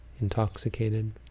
intoxicated